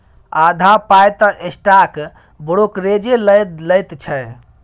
आधा पाय तँ स्टॉक ब्रोकरेजे लए लैत छै